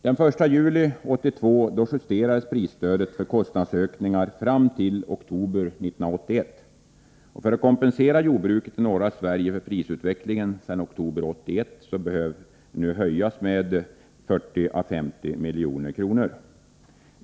Den 1 juli 1982 justerades prisstödet för kostnadsökningar fram till oktober 1981. För att kompensera jordbruket i norra Sverige för prisutvecklingen sedan oktober 1981 behöver prisstödet nu höjas med 40 å 50 milj.kr.